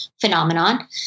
phenomenon